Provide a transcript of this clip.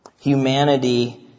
Humanity